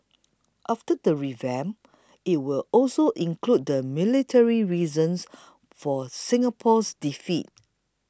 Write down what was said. after the revamp it will also include the military reasons for Singapore's defeat